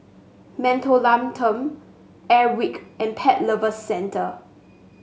Mentholatum Airwick and Pet Lovers Centre